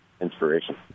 Inspiration